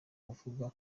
uvuga